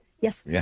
Yes